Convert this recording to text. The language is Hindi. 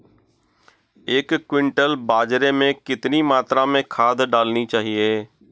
एक क्विंटल बाजरे में कितनी मात्रा में खाद डालनी चाहिए?